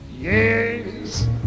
yes